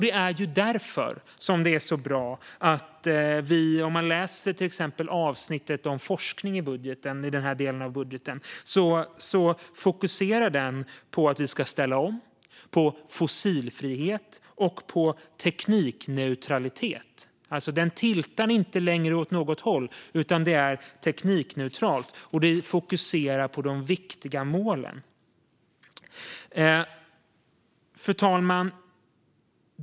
Det är därför som det är bra att till exempel avsnittet i den del av budgeten som handlar om forskning fokuserar på att vi ska ställa om, på fossilfrihet och på teknikneutralitet. Det tiltar alltså inte längre åt något håll utan är teknikneutralt och fokuserar på de viktiga målen. Fru talman!